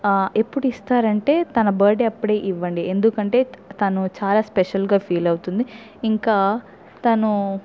ఎప్పుడు ఇస్తారు అంటే తన బర్త్డే అప్పుడే ఇవ్వండి ఎందుకంటే తను చాలా స్పెషల్గా ఫీల్ అవుతుంది ఇంకా తను